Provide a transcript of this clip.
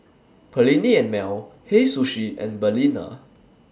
Perllini and Mel Hei Sushi and Balina